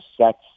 sex